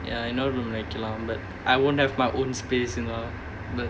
ya another room வைக்கலாம்:vaikkalaam but I won't have my own space you know but